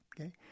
okay